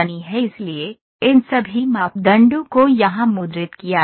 इसलिए इन सभी मापदंडों को यहां मुद्रित किया गया है